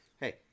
hey